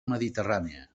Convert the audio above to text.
mediterrània